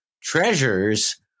treasures